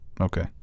okay